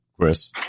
Chris